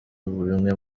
bimwe